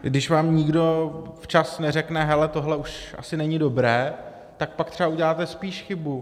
Když vám nikdo včas neřekne: Hele, tohle už asi není dobré, tak pak třeba uděláte spíš chybu.